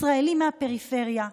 ישראלים מהפריפריה,